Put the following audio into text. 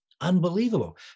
unbelievable